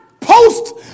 post